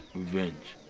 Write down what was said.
revenge?